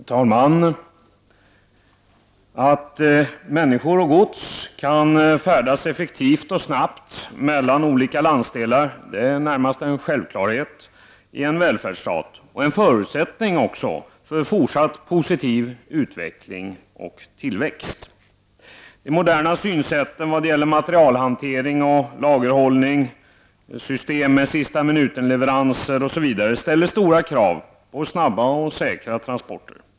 Herr talman! Att människor och gods kan färdas effektivt och snabbt mellan olika landsdelar är närmast en självklarhet i en välfärdsstat och även en förutsättning för en fortsatt positiv utveckling och tillväxt. De moderna synsätten vad gäller materialhantering och lagerhållning, system med sista-minuten-leveranser, osv. ställer stora krav på snabba och säkra transporter.